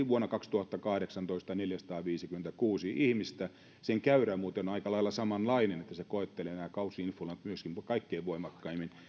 vuonna kaksituhattakahdeksantoista kuoli neljäsataaviisikymmentäkuusi ihmistä sen käyrä muuten on aika lailla samanlainen nämä kausi influenssat myöskin koettelevat kaikkein voimakkaimmin